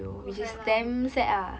good friend lah good friend